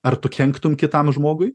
ar tu kenktum kitam žmogui